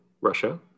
russia